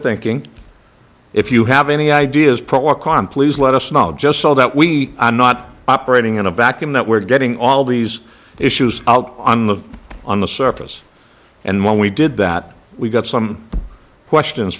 thinking if you have any ideas pro or con please let us know just so that we are not operating in a vacuum that we're getting all these issues out on the on the surface and when we did that we got some questions